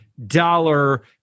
Dollar